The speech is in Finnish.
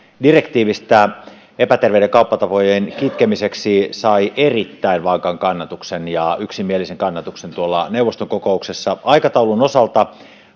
direktiivistä epäterveiden kauppatapojen kitkemiseksi sai erittäin vankan kannatuksen ja yksimielisen kannatuksen tuolla neuvoston kokouksessa aikataulun osalta